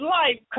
life